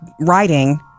writing